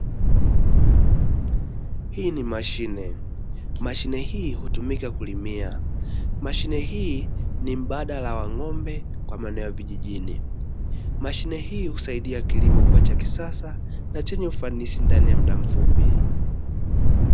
Hili ni mashine. Mashine hii hutumika kulimia. Mashine hii ni mbadala wa ng'ombe kwa maeneo ya vijijini. Mashine hii husaidia kilimo kuwa cha kisasa na chenye ufanisi ndani ya muda mfupi.